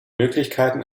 möglichkeiten